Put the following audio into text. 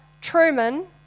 Truman